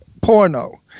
porno